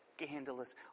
scandalous